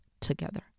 together